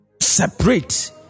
separate